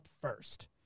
first